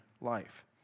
life